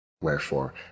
Wherefore